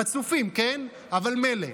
חצופים, כן, אבל מילא.